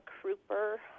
crooper